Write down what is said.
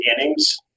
innings